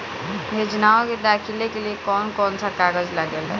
योजनाओ के दाखिले के लिए कौउन कौउन सा कागज लगेला?